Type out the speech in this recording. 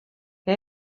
què